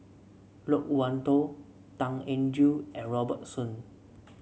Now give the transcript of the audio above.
Loke Wan Tho Tan Eng Joo and Robert Soon